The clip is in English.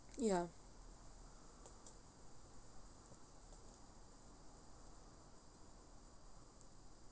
ya